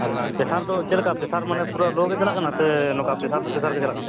ᱟᱨ pressure ᱫᱚ ᱪᱮᱫ ᱞᱮᱠᱟ ᱯᱮᱥᱟᱨ ᱢᱟᱱᱮ ᱯᱩᱨᱟᱹ ᱞᱳ ᱜᱮ ᱪᱟᱞᱟᱜ ᱠᱟᱱᱟ ᱥᱮ ᱥᱮ ᱱᱚᱠᱟ ᱯᱮᱥᱟᱨ ᱫᱚ ᱯᱮᱥᱟᱨ ᱜᱮ ᱪᱟᱞᱟᱜ ᱠᱟᱱᱟ